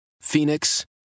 Phoenix